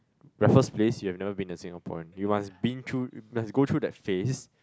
Raffles-Place you have never been a Singaporean you must been through must go through that phase